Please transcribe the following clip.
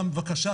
בקשה.